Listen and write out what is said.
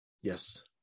Yes